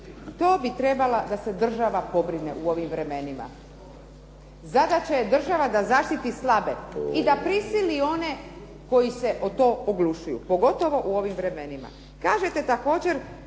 to bi trebala da se država pobrine u ovim vremenima. Zadaća je države da zaštiti slabe i da prisili one koji se o to oglušuju, pogotovo u ovim vremenima.